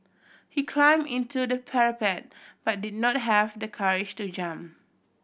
he climb into the parapet but did not have the courage to jump